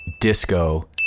disco